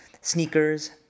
sneakers